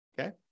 Okay